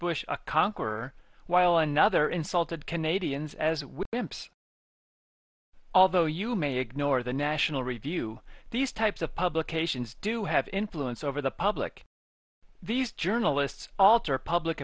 bush a conqueror while another insulted canadians as wimps although you may ignore the national review these types of publications do have influence over the public these journalists alter public